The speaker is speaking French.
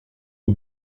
aux